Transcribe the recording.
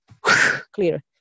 clear